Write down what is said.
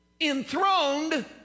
enthroned